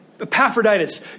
Epaphroditus